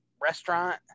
restaurant